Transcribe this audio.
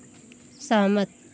सहमत